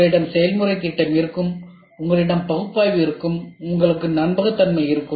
உங்களிடம் செயல்முறை திட்டம் இருக்கும் உங்களிடம் பகுப்பாய்வு இருக்கும் உங்களுக்கு நம்பகத்தன்மை இருக்கும்